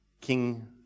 King